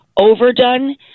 overdone